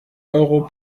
euro